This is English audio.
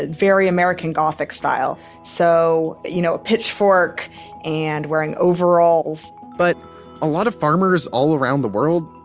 ah very american-gothic style. so you know, a pitchfork and wearing overalls but a lot of farmers all around the world,